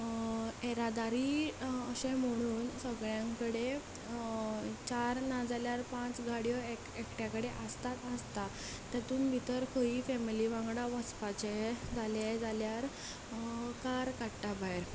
येरादारी अशें म्हणून सगल्यां कडेन चार नाजाल्यार पांच गाडयो एकट्या कडेन आसताच आसता तातूंत भितर खंयी फॅमिली वांगडा वचपाचें जाल्यार कार काडटा भायर